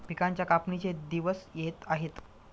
पिकांच्या कापणीचे दिवस येत आहेत